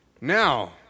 Now